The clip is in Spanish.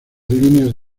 líneas